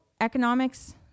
economics